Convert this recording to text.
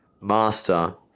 master